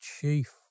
chief